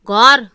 घर